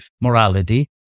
morality